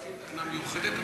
אנחנו עובדים מולם כרגע,